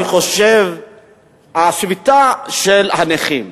אני חושב שהשביתה של הנכים,